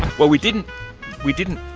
well we didn't we didn't